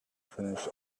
finish